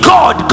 God